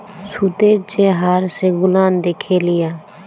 সুদের যে হার সেগুলান দ্যাখে লিয়া